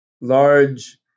large